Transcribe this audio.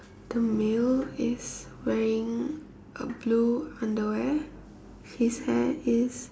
the male is wearing a blue underwear his hair is